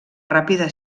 ràpida